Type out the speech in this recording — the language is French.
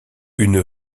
une